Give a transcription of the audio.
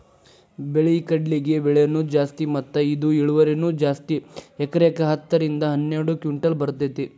ಬಿಳಿ ಕಡ್ಲಿಗೆ ಬೆಲೆನೂ ಜಾಸ್ತಿ ಮತ್ತ ಇದ ಇಳುವರಿನೂ ಜಾಸ್ತಿ ಎಕರೆಕ ಹತ್ತ ರಿಂದ ಹನ್ನೆರಡು ಕಿಂಟಲ್ ಬರ್ತೈತಿ